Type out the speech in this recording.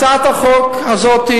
הצעת החוק הזאת,